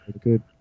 Good